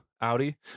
Audi